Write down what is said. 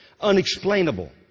unexplainable